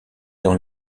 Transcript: dans